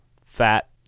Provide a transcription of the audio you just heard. fat